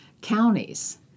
counties